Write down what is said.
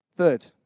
Third